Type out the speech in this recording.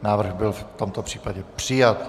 Návrh byl v tomto případě přijat.